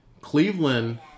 Cleveland